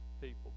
people